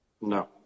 No